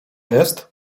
jest